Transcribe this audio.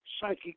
psychic